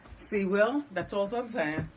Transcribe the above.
see will? that's all's i'm sayin'.